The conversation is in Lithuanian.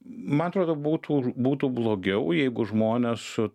man atrodo būtų būtų blogiau jeigu žmonės su